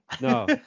No